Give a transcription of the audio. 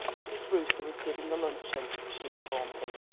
mrs. brewster was giving a luncheon, she informed him,